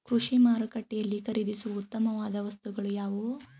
ಕೃಷಿ ಮಾರುಕಟ್ಟೆಯಲ್ಲಿ ಖರೀದಿಸುವ ಉತ್ತಮವಾದ ವಸ್ತುಗಳು ಯಾವುವು?